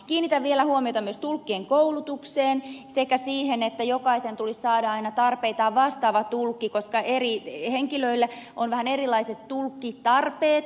kiinnitän vielä huomiota myös tulkkien koulutukseen sekä siihen että jokaisen tulisi saada aina tarpeitaan vastaava tulkki koska eri henkilöillä on vähän erilaiset tulkkitarpeet